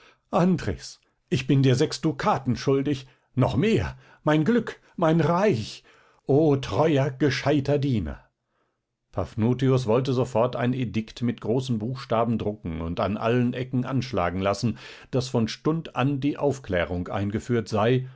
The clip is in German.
andres ich bin dir sechs dukaten schuldig noch mehr mein glück mein reich o treuer gescheiter diener paphnutius wollte sofort ein edikt mit großen buchstaben drucken und an allen ecken anschlagen lassen daß von stund an die aufklärung eingeführt sei